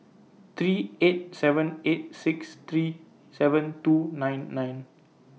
three eight seven eight six three seven two nine nine